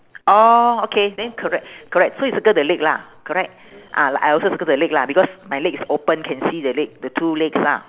orh okay then correct correct so you circle the leg lah correct ah like I also circle the leg lah because my leg is open can see the leg the two legs lah